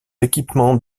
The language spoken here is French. équipements